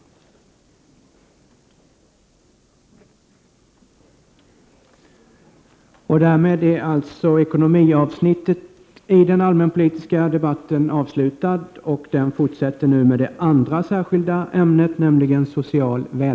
Debatten om ekonomi var härmed avslutad. Kammaren övergick till att debattera social välfärd.